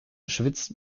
schwitzt